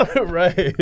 Right